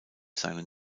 seinen